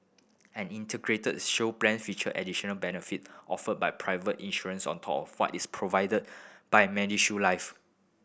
an Integrated Shield Plan feature additional benefit offered by private insurers on top what is provided by MediShield Life